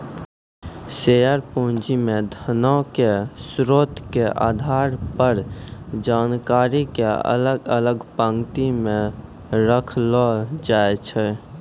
share पूंजी मे धनो के स्रोतो के आधार पर जानकारी के अलग अलग पंक्ति मे रखलो जाय छै